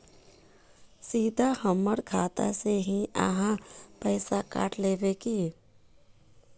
सीधा हमर खाता से ही आहाँ पैसा काट लेबे की?